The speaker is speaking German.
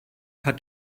hat